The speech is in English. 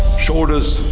shoulders.